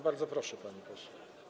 Bardzo proszę, pani poseł.